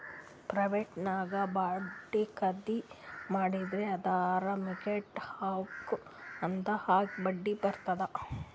private ನಾಗ್ bond ಖರ್ದಿ ಮಾಡಿದಿ ಅಂದುರ್ ಮಾರ್ಕೆಟ್ ಹ್ಯಾಂಗ್ ಅದಾ ಹಾಂಗ್ ಬಡ್ಡಿ ಬರ್ತುದ್